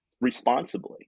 responsibly